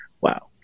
Wow